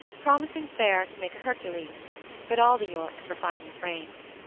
promising fair to make a hercules but all the yorkes were finely framed.